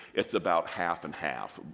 it's about half and half.